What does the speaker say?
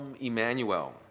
Emmanuel